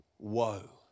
Woe